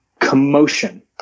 commotion